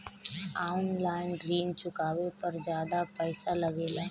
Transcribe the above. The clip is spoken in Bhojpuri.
आन लाईन ऋण चुकावे पर ज्यादा पईसा लगेला?